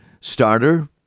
starter